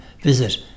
visit